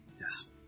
Yes